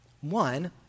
One